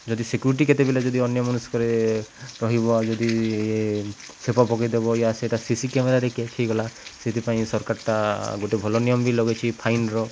ଯଦି ସିକୁ୍ରିଟି କେତେବେଲେ ଯଦି ଅନ୍ୟମନସ୍କରେ ରହିବ ଯଦି ଛେପ ପକେଇଦବ ୟା ସେଇଟା ସିସି କ୍ୟାମେରାରେ ଦେଖି ହେଇଗଲା ସେଥିପାଇଁ ସରକାରଟା ଗୋଟେ ଭଲ ନିୟମ ବି ଲଗେଇଛି ଫାଇନର